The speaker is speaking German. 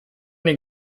den